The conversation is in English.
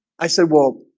i said well